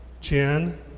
Jen